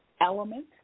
element